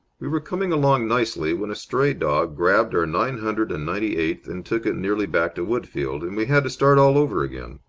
we were coming along nicely, when a stray dog grabbed our nine hundred and ninety-eighth and took it nearly back to woodfield, and we had to start all over again.